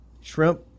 shrimp